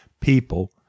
people